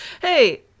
Hey